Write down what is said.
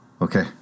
Okay